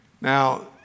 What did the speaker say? Now